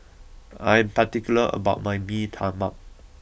I am particular about my Mee Tai Mak